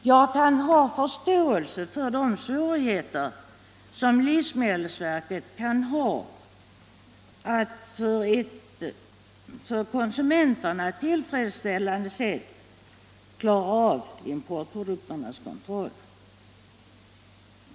Jag kan ha förståelse för de svårigheter som livsmedelsverket kan ha att på ett för konsumenterna tillfredsställande sätt klara av kontrollen av importprodukterna.